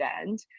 end